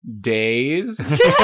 days